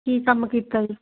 ਕੀ ਕੰਮ ਕੀਤਾ